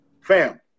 Fam